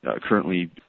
currently